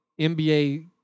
NBA